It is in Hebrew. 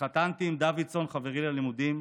התחתנתי עם דוידסון, חברי ללימודים.